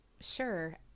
Sure